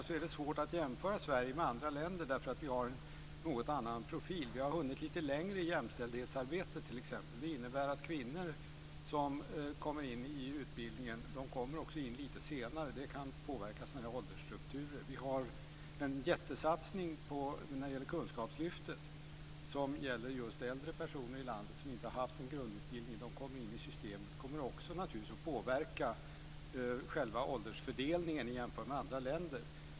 Det är svårt att jämföra Sverige med andra länder eftersom vi har en något annorlunda profil. Vi har hunnit lite längre i jämställdhetsarbetet. Det innebär att kvinnor kommer in lite senare i utbildningen. Det kan påverka åldersstrukturer. Vi har en jättesatsning på Kunskapslyftet som gäller äldre personer i landet utan grundutbildning. De kommer naturligtvis att påverka själva åldersfördelningen jämfört med andra länder.